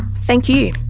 thank you.